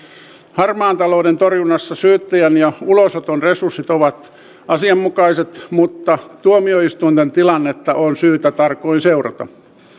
harmaan talouden torjunnassa syyttäjän ja ulosoton resurssit ovat asianmukaiset mutta tuomioistuinten tilannetta on syytä tarkoin seurata